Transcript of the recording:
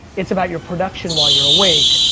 it's about your production while you're awake,